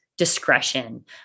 discretion